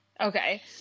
Okay